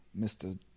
Mr